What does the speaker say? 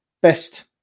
best